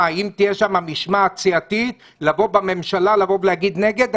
היא אם תהיה שם משמעת סיעתית לבוא לממשלה ולהגיד: נגד.